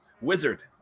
wizard